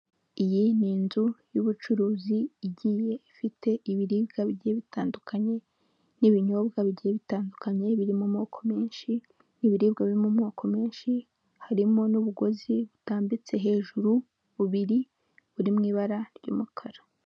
Iyi ni inzu y'ubucuruzi igiye ifite ibiribwa bigiye bitandukanye n'ibinyobwa bigiye bitandukanye biri mu moko menshi n'ibiribwa biri mu moko menshi, harimo n'ububugozi butambitse hejuru bubiri buri mu ibara ry'umukara.